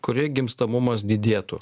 kurioj gimstamumas didėtų